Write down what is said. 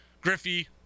Griffey